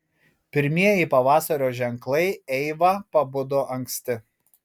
pirmieji pavasario ženklai eiva pabudo anksti